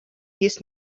his